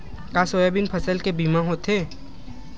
का सोयाबीन फसल के बीमा होथे?